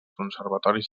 conservatoris